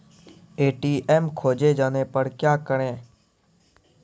ATM खोजे जाने पर क्या करें?